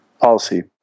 policy